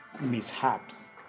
mishaps